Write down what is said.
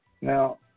Now